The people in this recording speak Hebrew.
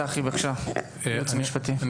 צחי, היועץ המשפטי, בבקשה.